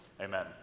Amen